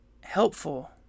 helpful